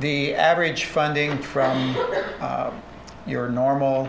the average funding from your normal